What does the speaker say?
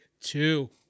Two